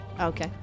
Okay